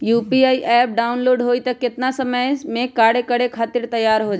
UPI app download होई त कितना समय मे कार्य करे खातीर तैयार हो जाई?